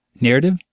Narrative